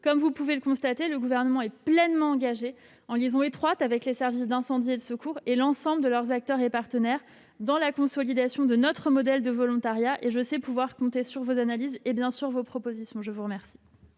Comme vous pouvez le constater, le Gouvernement est pleinement engagé, en liaison étroite avec les services d'incendie et de secours et avec l'ensemble des acteurs et partenaires concernés, dans la consolidation de notre modèle de volontariat. Je sais pouvoir compter sur vos analyses et, bien entendu, sur vos propositions. La parole